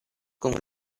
kun